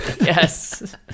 Yes